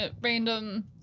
random